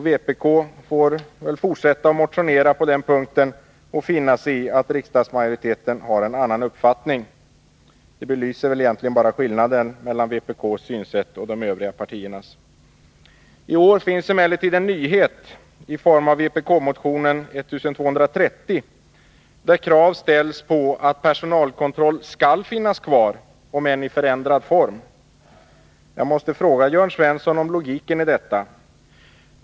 Vpk får fortsätta och motionera på den punkten och finna sig i att riksdagsmajoriteten har en annan uppfattning. Det belyser väl egentligen bara skillnaden mellan vpk:s synsätt och de övriga partiernas. I år finns emellertid en nyhet i form av vpk-motionen 1230, där krav ställs på att personalkontroll skall finnas kvar, om än i förändrad form. Jag måste fråga Jörn Svensson om logiken i detta.